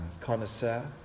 connoisseur